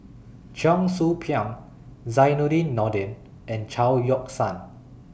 Cheong Soo Pieng Zainudin Nordin and Chao Yoke San